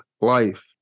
life